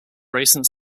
recent